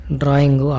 drawing